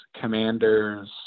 commanders